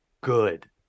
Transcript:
good